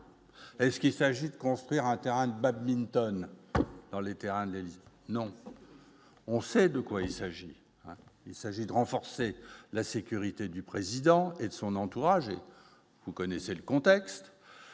est ce qu'il s'agit de construire un terrain de badminton dans les Terres anglaises, non, on sait de quoi il s'agit, il s'agit de renforcer la sécurité du président et de son entourage, vous connaissez le contexte,